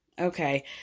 Okay